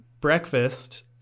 breakfast